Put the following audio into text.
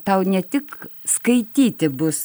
tau ne tik skaityti bus